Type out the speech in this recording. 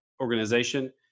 organization